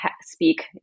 speak